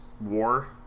war